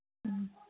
ꯎꯝ